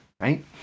right